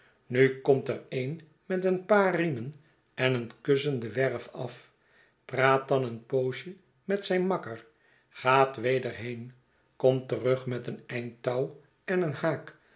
nu komt er een met een paar riemen en een kussen de werf af praat dan een poosje met zijn makker gaat weder heen komt terug met een eind touw en een haak